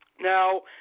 Now